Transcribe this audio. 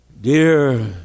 Dear